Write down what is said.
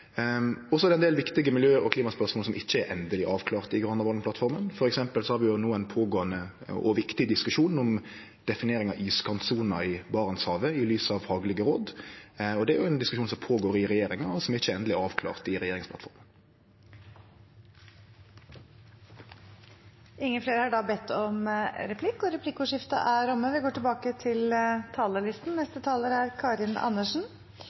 er òg ein del viktige miljø- og klimaspørsmål som ikkje er endeleg avklarte i Granavolden-plattforma. No har vi f.eks. ein pågåande og viktig diskusjon om definering av iskantsona i Barentshavet, i lys av faglege råd. Det er ein diskusjon som går føre seg i regjeringa no, og som ikkje er endeleg avklart i regjeringsplattforma. Replikkordskiftet er omme. De talere som heretter får ordet, har også en taletid på inntil 3 minutter. Som leder av kommunalkomiteen synes jeg det er